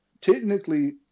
Technically